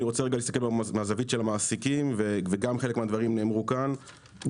אני רוצה להסתכל רגע מהזווית של המעסיקים וגם חלק מהדברים נאמרו כאן.